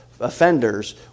offenders